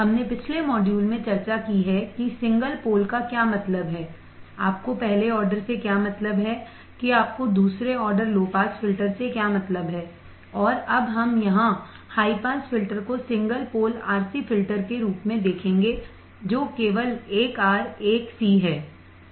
हमने पिछले मॉड्यूल में चर्चा की है कि सिंगल पोल का क्या मतलब है और आपको पहले ऑर्डर से क्या मतलब है कि आपको दूसरे ऑर्डर लो पास फिल्टर से क्या मतलब है और अब हम यहां हाई पास फिल्टर को सिंगल पोल RCफिल्टर के रूप में देखेंगे जो केवल 1R 1C है